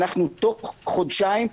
תוך חודשיים,